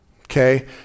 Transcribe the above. okay